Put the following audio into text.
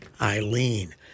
Eileen